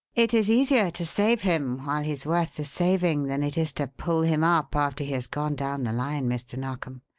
it is easier to save him while he's worth the saving than it is to pull him up after he has gone down the line, mr. narkom,